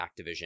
activision